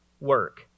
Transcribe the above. work